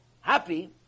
happy